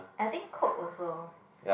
I think Coke also